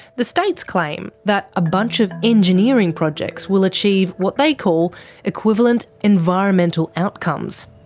the states claim that a bunch of engineering projects will achieve what they call equivalent environmental outcomes.